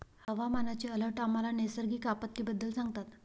हवामानाचे अलर्ट आम्हाला नैसर्गिक आपत्तींबद्दल सांगतात